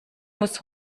muss